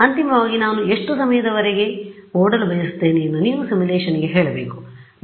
ಅಂತಿಮವಾಗಿ ನಾನು ಎಷ್ಟು ಸಮಯದವರೆಗೆ ಓಡಲು ಬಯಸುತ್ತೇನೆ ಎಂದು ನೀವು ಸಿಮ್ಯುಲೇಶನ್ಗೆ ಹೇಳಬೇಕು